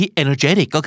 energetic